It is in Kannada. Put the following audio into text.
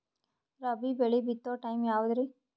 ರಾಬಿ ಬೆಳಿ ಬಿತ್ತೋ ಟೈಮ್ ಯಾವದ್ರಿ?